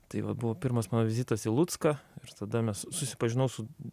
tai va buvo pirmas mano vizitas į lucką ir tada mes susipažinau su